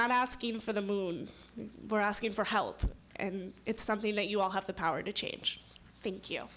not asking for the moon we're asking for help and it's something that you all have the power to change thank you